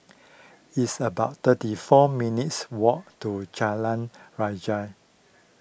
it's about thirty four minutes' walk to Jalan Rajah